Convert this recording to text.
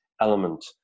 element